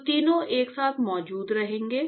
तो तीनों एक साथ मौजूद रहेंगे